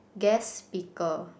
guest speaker